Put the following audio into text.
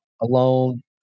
alone